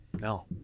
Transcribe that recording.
No